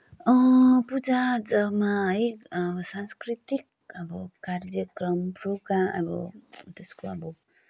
पूजा आजामा है अब सांस्कृतिक अब कार्यक्रम प्रोग्रा अब त्यसको अब